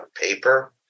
paper